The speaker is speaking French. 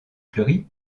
fleury